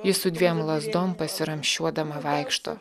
ji su dviem lazdom pasiramsčiuodama vaikšto